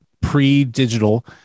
pre-digital